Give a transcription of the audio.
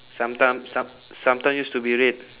sometime some~ sometime used to be red